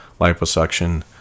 liposuction